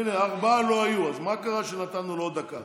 הינה, ארבעה לא היו, אז מה קרה שנתנו לו עוד דקה?